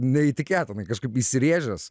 neįtikėtinai kažkaip įsirėžęs